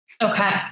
Okay